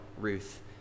Ruth